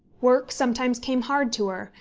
work sometimes came hard to her,